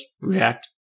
React